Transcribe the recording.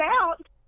out